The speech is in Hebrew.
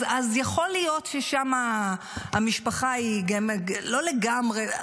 אז יכול להיות ששמה המשפחה היא גם לא לגמרי,